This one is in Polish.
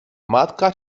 matka